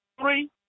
three